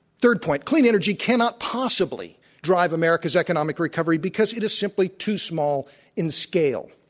third point, clean energy cannot possibly drive america's economic recovery because it is simply too small in scale.